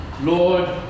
Lord